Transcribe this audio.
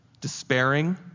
despairing